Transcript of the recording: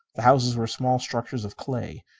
the houses were small structures of clay.